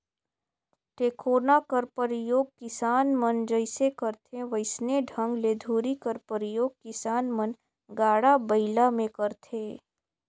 टेकोना कर परियोग किसान मन जइसे करथे वइसने ढंग ले धूरी कर परियोग किसान मन गाड़ा बइला मे करथे